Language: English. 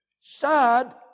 Sad